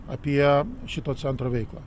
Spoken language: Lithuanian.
apie šito centro veiklą